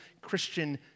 Christian